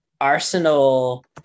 Arsenal